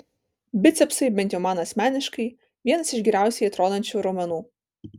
bicepsai bent jau man asmeniškai vienas iš geriausiai atrodančių raumenų